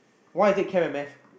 why I take chem and math